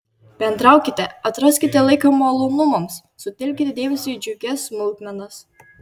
bendraukite atraskite laiko malonumams sutelkite dėmesį į džiugias smulkmenas